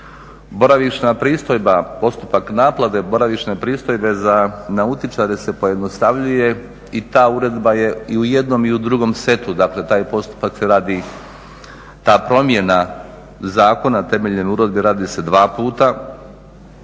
postupak naplate boravišne pristojbe za nautičare se pojednostavljuje i ta uredba je i u jednom i u drugom setu, dakle taj postupak se radi, ta promjena zakona temeljem uredbe radi se dva puta.